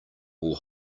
will